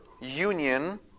union